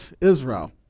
Israel